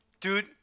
Dude